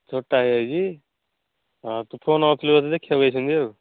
ଛୋଟା ହୋଇଯାଇଛି ହଁ ତୋ ତୋତେ ଦେଖିବାକୁ ଆସିଛନ୍ତି ଆଉ